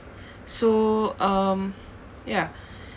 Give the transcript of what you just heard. so um ya